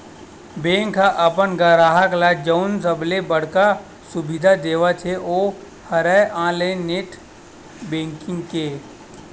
bank ह अपन गराहक ल जउन सबले बड़का सुबिधा देवत हे ओ हरय ऑनलाईन नेट बेंकिंग के